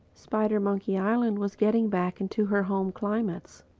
spidermonkey island was getting back into her home climates.